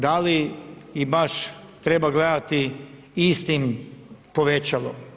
Da li ih baš treba gledati istim povećalom?